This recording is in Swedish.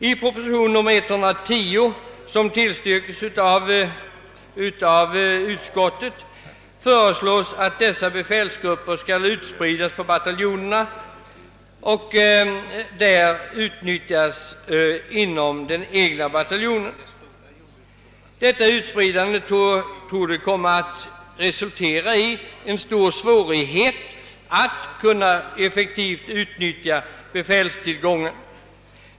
I proposition nr 110, som tillstyrkes av utskottet, föreslås att dessa befälsgrupper skall spridas ut på bataljonerna och utnyttjas där. En sådan spridning torde emellertid komma att resultera i än större svårigheter att effektivt utnyttja det tillgängliga befälet.